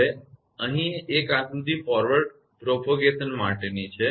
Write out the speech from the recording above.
હવે આ અહીં એક આકૃતિ ફોરવર્ડ પ્રસાર માટેની છે